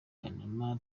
panama